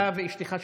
אתה ואשתך שווים?